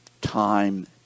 time